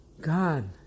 God